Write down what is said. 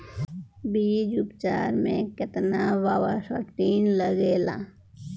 बीज उपचार में केतना बावस्टीन लागेला?